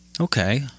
Okay